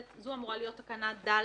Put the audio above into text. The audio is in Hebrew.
זו אמורה להיות תקנה (ד).